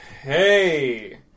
Hey